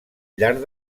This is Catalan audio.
llarg